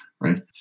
right